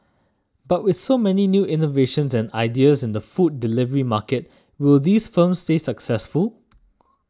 but with so many new innovations and ideas in the food delivery market will these firms stay successful